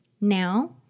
Now